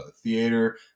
theater